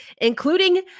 including